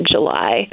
July